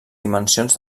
dimensions